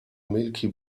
milky